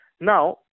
Now